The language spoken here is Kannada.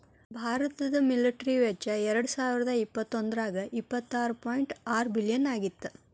ಭಾರತದ ಮಿಲಿಟರಿ ವೆಚ್ಚ ಎರಡಸಾವಿರದ ಇಪ್ಪತ್ತೊಂದ್ರಾಗ ಎಪ್ಪತ್ತಾರ ಪಾಯಿಂಟ್ ಆರ ಬಿಲಿಯನ್ ಆಗಿತ್ತ